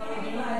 אין לי בעיה.